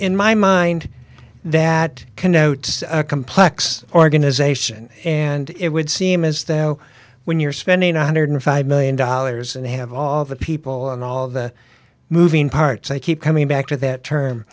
in my mind that connotes a complex organization and it would seem as though when you're spending one hundred and five million dollars and have all the people and all the moving parts i keep coming back to that term